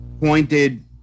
pointed